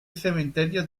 cementerio